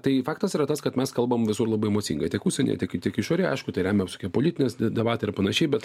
tai faktas yra tas kad mes kalbam visur labai emocingai tiek užsienyje tiek tiek išorėje aišku tai remia visokie politinės debatai ir panašiai bet